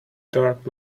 dark